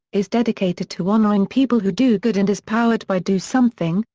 is dedicated to honoring people who do good and is powered by do something,